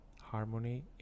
harmony